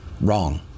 Wrong